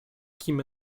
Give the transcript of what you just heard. kim